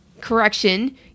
correction